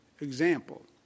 example